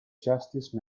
justice